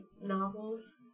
novels